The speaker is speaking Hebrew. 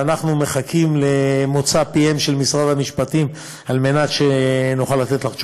ואנחנו מחכים למוצא פיו של משרד המשפטים על מנת שנוכל לתת לך תשובות,